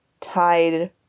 tied